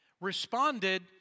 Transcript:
responded